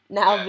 now